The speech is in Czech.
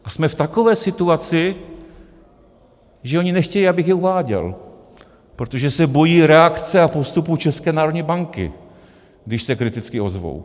A jsme v takové situaci, že oni nechtějí, abych je uváděl, protože se bojí reakce a postupu České národní banky, když se kriticky ozvou.